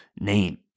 name